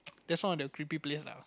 that's one of the creepy place lah